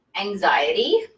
anxiety